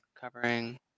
covering